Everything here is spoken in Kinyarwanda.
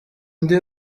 ndi